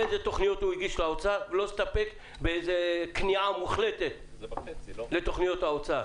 אילו תוכניות הגיש לאוצר ולא נסתפק בכניעה מוחלטת לתוכניות האוצר.